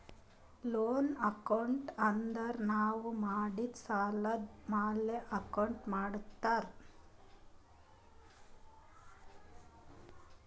loan account ಅಂದುರ್ ನಾವು ಮಾಡಿದ್ ಸಾಲದ್ ಮ್ಯಾಲ ಅಕೌಂಟ್ ಮಾಡ್ತಾರ್